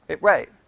Right